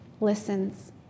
listens